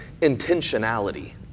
intentionality